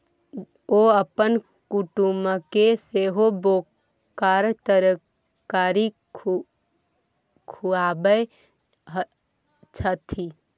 ओ अपन कुटुमके सेहो बोराक तरकारी खुआबै छथि